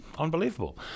unbelievable